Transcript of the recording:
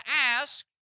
ask